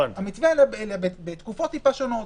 המתווה בתקופות טיפה שונות,